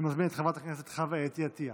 אני מזמין את חברת הכנסת חוה אתי עטייה